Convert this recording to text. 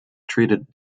treated